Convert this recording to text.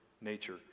nature